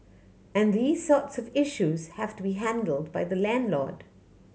and these sorts of issues have to be handled by the landlord